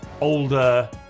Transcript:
older